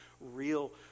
real